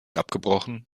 abgebrochen